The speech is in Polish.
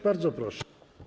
Bardzo proszę.